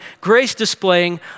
grace-displaying